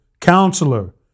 Counselor